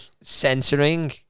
censoring